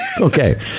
Okay